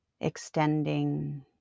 extending